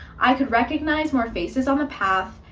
i could recognize more faces on the path.